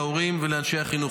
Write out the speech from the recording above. להורים ולאנשי החינוך,